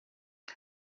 com